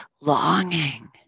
longing